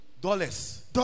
dollars